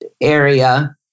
area